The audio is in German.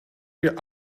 wir